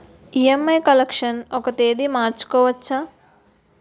EMI collection ఒక తేదీ మార్చుకోవచ్చా?